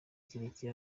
kirekire